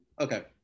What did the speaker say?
Okay